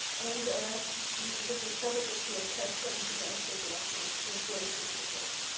and and it was discovered that she had cancer and she died shortly afterward. she was barely forty years old.